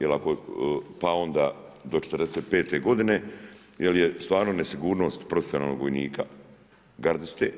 Jer ako, pa onda do 45 godine jer je stvarno nesigurnost profesionalnog vojnika, gardiste